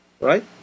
right